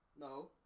No